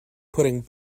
putting